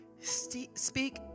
Speak